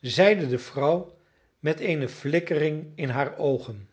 zeide de vrouw met eene flikkering in haar oogen